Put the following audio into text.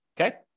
Okay